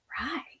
Right